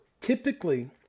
Typically